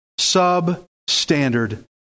Substandard